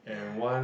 ya